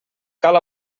cal